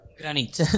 Granite